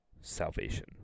salvation